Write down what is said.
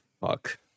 fuck